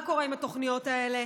מה קורה עם התוכניות האלה?